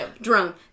Drone